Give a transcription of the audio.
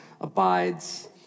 abides